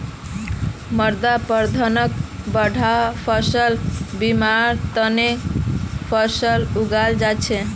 मृदा अपरदनक बढ़वार फ़सलक दिबार त न फसलक उगाल जा छेक